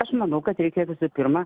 aš manau kad reikia visų pirma